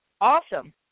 Awesome